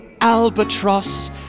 albatross